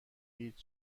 هیچ